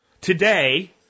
Today